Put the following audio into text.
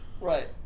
Right